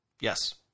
Yes